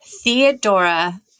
Theodora